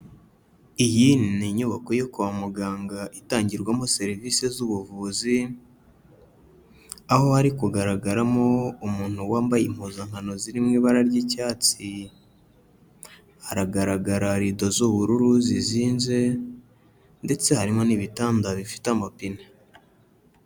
Iyi ni inyubako yo kwa muganga itangirwamo serivisi z'ubuvuzi, aho hari kugaragaramo umuntu wambaye impuzankano ziri mu ibara ry'icyatsi, haragaragara rido z'ubururu zizinze ndetse harimo n'ibitanda bifite amapine.